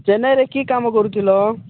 ଚେନ୍ନାଇରେ କି କାମ କରୁଥିଲ